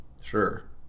Sure